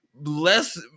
less